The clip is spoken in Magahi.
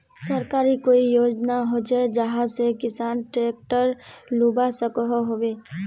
सरकारी कोई योजना होचे जहा से किसान ट्रैक्टर लुबा सकोहो होबे?